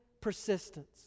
persistence